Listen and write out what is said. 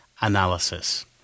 Analysis